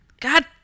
God